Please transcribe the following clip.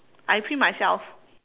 I print myself